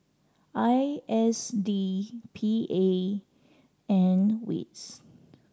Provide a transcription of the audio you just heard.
I S D P A and wits